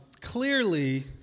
Clearly